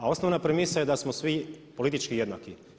A osnovna premisa je da smo svi politički jednaki.